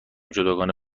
جداگانه